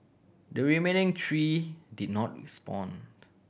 the remaining three did not respond